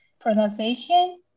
pronunciation